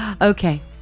okay